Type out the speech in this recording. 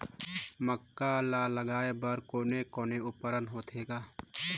मक्का ला लगाय बर कोने कोने उपकरण होथे ग?